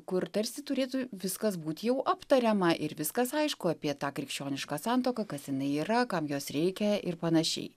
kur tarsi turėtų viskas būt jau aptariama ir viskas aišku apie tą krikščionišką santuoką kas jinai yra kam jos reikia ir panašiai